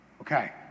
Okay